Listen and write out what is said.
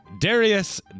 Darius